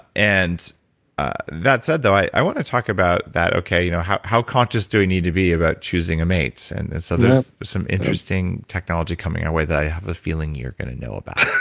and ah that said, though, i want to talk about that. okay, you know how how conscious do we need to be about choosing a mate? and and so, there's some interesting technology coming that way that i have a feeling you're going to know about